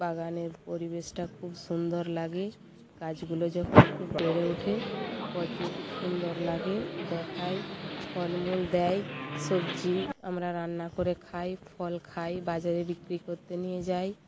বাগানের পরিবেশটা খুব সুন্দর লাগে গাছগুলো যখন খুব বেড়ে উঠে প্রচুর সুন্দর লাগে দেখায় ফলমূল দেয় সবজি আমরা রান্না করে খাই ফল খাই বাজারে বিক্রি করতে নিয়ে যাই